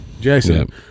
Jason